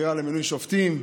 לבחירה למינוי שופטים.